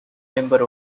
member